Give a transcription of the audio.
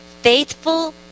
Faithful